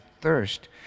thirst